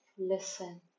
Listen